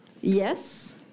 yes